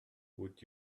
would